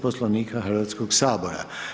Poslovnika Hrvatskog sabora.